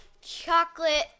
chocolate